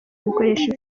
bikoresho